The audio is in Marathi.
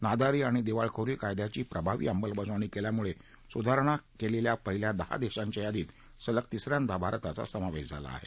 नादारी आणि दिवाळखोरी कायद्याची प्रभावी अंमलबजावणी केल्यामुळे सुधारणा केलेल्या पहिल्या दहा देशांच्या यादीत सलग तिस यांदा भारताचा समावेश झाला आहे